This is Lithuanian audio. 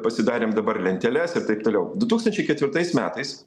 pasidarėm dabar lenteles ir taip toliau du tūkstančiai ketvirtais metais